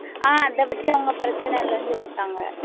ஆ அதைப்பத்தி அவங்க பிரச்சனை இல்லைன்னு சொல்லிட்டாங்க